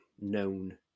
known